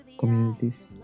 Communities